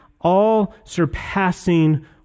all-surpassing